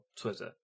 Twitter